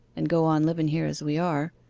and go on liven here as we are.